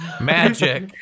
Magic